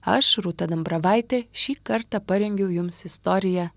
aš rūta dambravaitė šį kartą parengiau jums istoriją